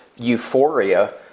Euphoria